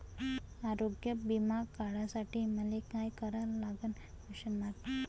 आरोग्य बिमा काढासाठी मले काय करा लागन?